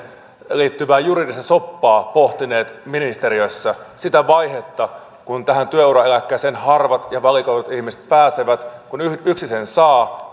liittyvää juridista soppaa pohtineet ministeriössä sitä vaihetta kun tähän työuraeläkkeeseen harvat ja valikoidut ihmiset pääsevät kun yksi sen saa